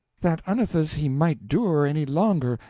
that unnethes he might dure any longer,